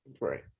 Right